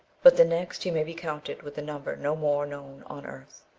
but the next he may be counted with the number no more known on earth.